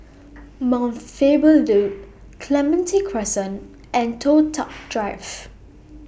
Mount Faber Loop Clementi Crescent and Toh Tuck Drive